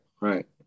right